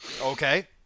Okay